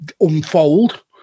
unfold